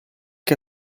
che